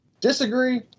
disagree